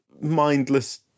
mindless